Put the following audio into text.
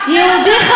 זה מה